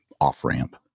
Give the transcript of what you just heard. off-ramp